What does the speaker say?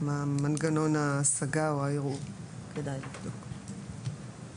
כדאי לבדוק מהו מנגנון ההשגה או הערעור בסוגייה הזו.